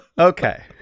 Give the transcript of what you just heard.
Okay